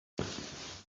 beth